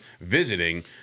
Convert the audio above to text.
visiting